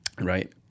right